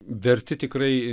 verti tikrai